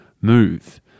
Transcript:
move